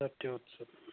জাতীয় উৎসৱ